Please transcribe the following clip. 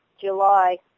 July